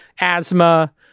asthma